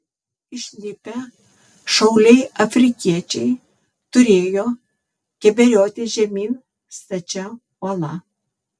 išlipę šauliai afrikiečiai turėjo keberiotis žemyn stačia uola